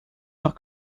heure